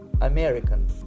American